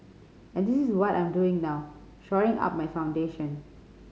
and this is what I'm doing now shoring up my foundation